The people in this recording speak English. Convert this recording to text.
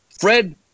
Fred